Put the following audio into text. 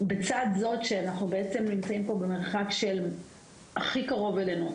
לצד זה שאנחנו נמצאים פה במרחק של 250 ק"מ מסורוקה שהכי קרוב אלינו,